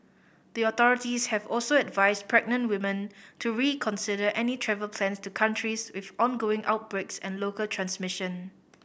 the authorities have also advised pregnant women to reconsider any travel plans to countries with ongoing outbreaks and local transmission